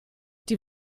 die